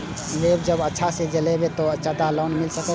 Loan जब अच्छा से चलेबे तो और ज्यादा लोन मिले छै?